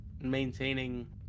maintaining